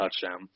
touchdown